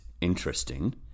interesting